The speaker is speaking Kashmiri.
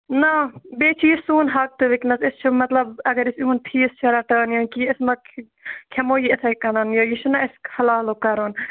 نہَ بیٚیہِ چھُ یہِ سون حَق تہِ وُنکیٚس أسۍ چھِ مَطلَب اگر أسۍ یِہُنٛد فیٖس چھِ رَٹان یا کیٚنٛہہ أسۍ ما کھیٚمو یہِ یِتھٕے کٔنٮ۪ن یہِ چھُناہ اَسہِ حَلالُک کَرُن